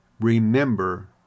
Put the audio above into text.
Remember